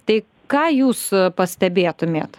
tai ką jūs a pastebėtumėt